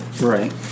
Right